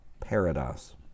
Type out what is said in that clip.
paradise